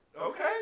Okay